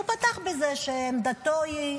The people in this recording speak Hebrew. הוא פתח בזה שעמדתו היא,